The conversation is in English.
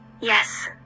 Yes